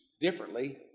Differently